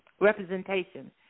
representation